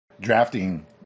drafting